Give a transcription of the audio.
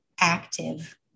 active